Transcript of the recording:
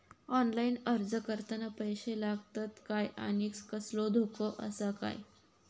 Online अर्ज करताना पैशे लागतत काय आनी कसलो धोको आसा काय?